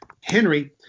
Henry